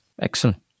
Excellent